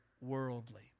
worldly